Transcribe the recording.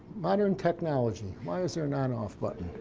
modern technology why is there an on off button?